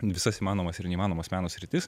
visas įmanomas ir neįmanomas meno sritis